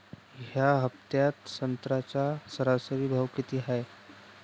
या हफ्त्यात संत्र्याचा सरासरी भाव किती हाये?